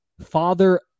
father